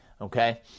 Okay